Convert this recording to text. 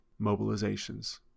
mobilizations